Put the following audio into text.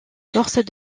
forces